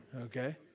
Okay